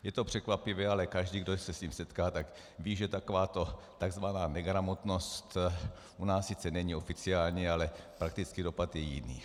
Je to překvapivé, ale každý, kdo se s tím setká, tak ví, že takováto tzv. negramotnost u nás sice není oficiálně, ale praktický dopad je jiný.